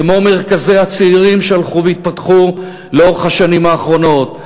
כמו מרכזי הצעירים שהלכו והתפתחו לאורך השנים האחרונות,